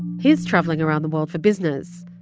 he's traveling around the world for business.